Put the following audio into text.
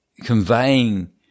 conveying